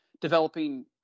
developing